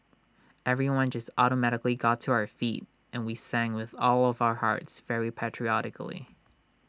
everyone just automatically got to our feet and we sang with all of our hearts very patriotically